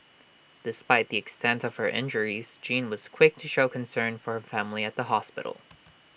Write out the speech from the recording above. despite the extent of her injures Jean was quick to show concern for her family at the hospital